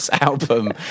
album